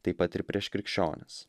taip pat ir prieš krikščionis